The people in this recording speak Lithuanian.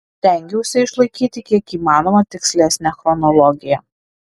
stengiausi išlaikyti kiek įmanoma tikslesnę chronologiją